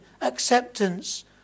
acceptance